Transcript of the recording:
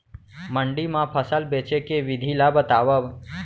मंडी मा फसल बेचे के विधि ला बतावव?